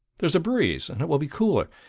there's a breeze, and it will be cooler.